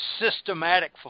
systematic